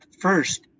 first